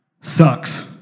sucks